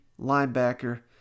linebacker